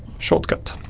shortcut.